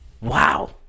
Wow